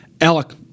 Alec